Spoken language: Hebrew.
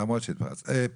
אלא זה היה רשום קודם.